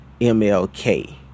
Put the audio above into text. mlk